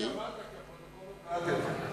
טוב שאמרת, כי הפרוטוקול לא קלט את זה.